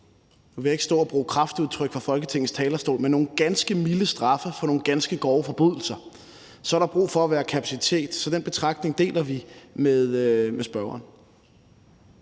jeg ikke stå og bruge kraftudtryk fra Folketingets talerstol – ganske milde straffe for nogle ganske grove forbrydelser, er der brug for og behov for kapacitet. Så den betragtning deler vi med spørgeren.